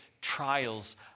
trials